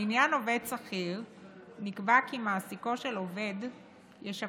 לעניין עובד שכיר נקבע כי מעסיקו של עובד ישפה